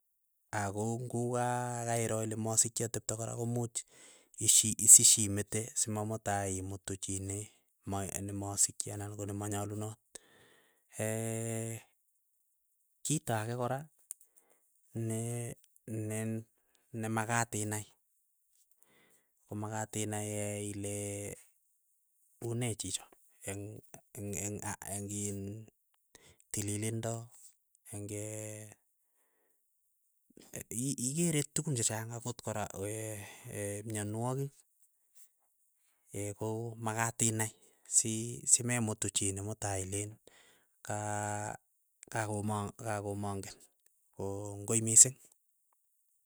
Ako ngokaa kairo ile masikchi atepto kora komuuch isi isishimete simamutai imutu chii ne ma masikchi anan ko nemanyalunot. kito agee kora nemakat inai komakat inai ile unee chicho, engiin tililindo eng igere tukun chechang akot kora ee mianwagik ko makat inai sii siimemutu chii nemutai ilen kaa kakomong kakomangen kongoi misiing.